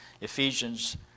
Ephesians